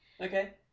Okay